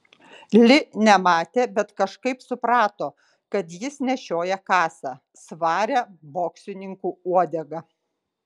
li nematė bet kažkaip suprato kad jis nešioja kasą svarią boksininkų uodegą